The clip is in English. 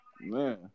Man